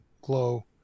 glow